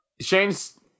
Shane's